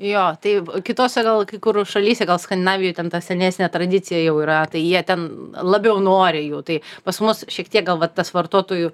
jo taip kitose gal kai kur šalyse gal skandinavijoj ten ta senesnė tradicija jau yra tai jie ten labiau nori jų tai pas mus šiek tiek gal va tas vartotojų